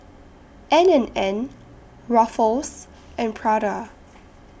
N and N Ruffles and Prada